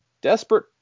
desperate